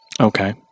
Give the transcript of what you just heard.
Okay